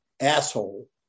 asshole